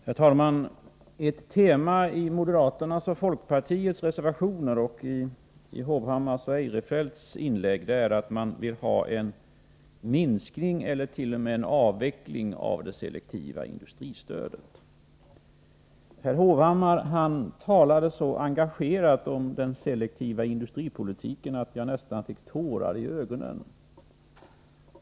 Herr talman! Ett tema i moderaternas och folkpartiets reservationer och i Erik Hovhammars och Christer Eirefelts inlägg är att man vill ha en minskning eller t..o. m. en avveckling av det selektiva industristödet. Herr Hovhammar talade så engagerat om den selektiva industripolitiken att jag nästan fick tårar i ögonen.